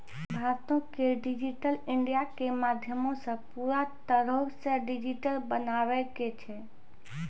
भारतो के digital India के माध्यमो से पूरा तरहो से डिजिटल बनाबै के छै